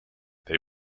they